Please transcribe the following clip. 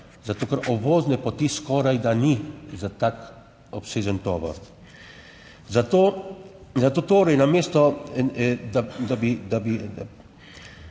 zato ker obvozne poti skorajda ni za tak obsežen tovor. Zato torej namesto, da bi